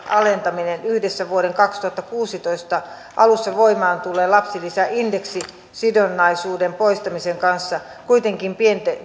alentaminen yhdessä vuoden kaksituhattakuusitoista alussa voimaan tulleen lapsilisäindeksisidonnaisuuden poistamisen kanssa kuitenkin